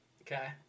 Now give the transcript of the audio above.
Okay